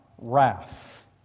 wrath